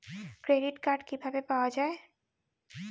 Credit card কিভাবে পাওয়া য়ায়?